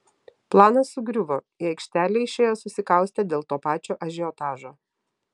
planas sugriuvo į aikštelę išėjo susikaustę dėl to pačio ažiotažo